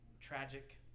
Tragic